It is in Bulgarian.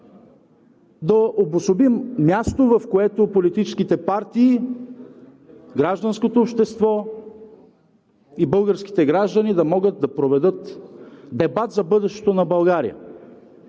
да обособим място, в което политическите партии, гражданското общество и българските граждани да могат да проведат дебат за бъдещето на България.